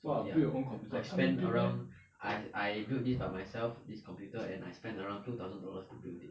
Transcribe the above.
so ya I spend around I I build this by myself this computer and I spend around two thousand dollars to build it